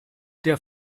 der